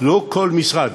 לא כל משרד,